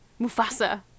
Mufasa